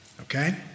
okay